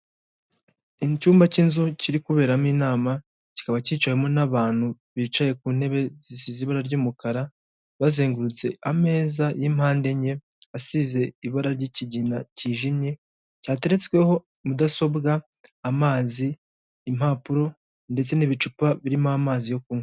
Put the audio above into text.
Icyumba cy'inzu kiri kuberamo inama kikaba cy'icawemo n'abantu bicaye ku ntebe zisize ibara ry'umukara, bazengurutse ameza y'impande enye asize ibara ry'ikigina cyijimye cyateretsweho mudasobwa, amazi, impapuro ndetse n'ibicupa birimo amazi yo kunywa.